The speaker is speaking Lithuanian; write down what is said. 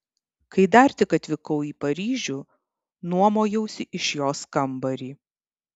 kai dar tik atvykau į paryžių nuomojausi iš jos kambarį